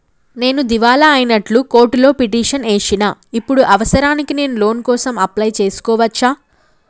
నేను దివాలా అయినట్లు కోర్టులో పిటిషన్ ఏశిన ఇప్పుడు అవసరానికి నేను లోన్ కోసం అప్లయ్ చేస్కోవచ్చా?